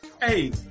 hey